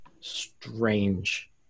strange